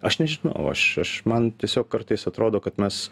aš nežinau aš aš man tiesiog kartais atrodo kad mes